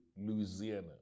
Louisiana